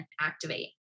Activate